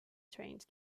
trains